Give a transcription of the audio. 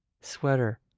sweater